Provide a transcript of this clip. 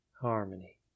harmony